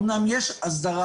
אמנם יש הסדרה,